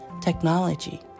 technology